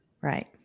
Right